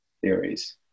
theories